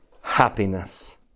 happiness